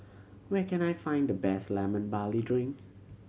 where can I find the best Lemon Barley Drink